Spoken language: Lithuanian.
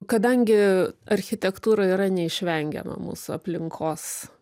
kadangi architektūra yra neišvengiama mūsų aplinkos